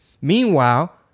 Meanwhile